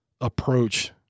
approach